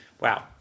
Wow